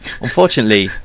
Unfortunately